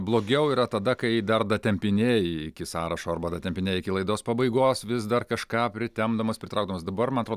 blogiau yra tada kai dar datempinėji iki sąrašo arba datempinėji iki laidos pabaigos vis dar kažką pritempdamas pritraukdamas dabar man atrodo